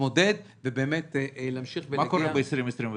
להתמודד ולהמשיך -- מה קורה ב-2020-2021?